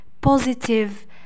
positive